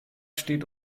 steht